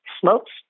smokes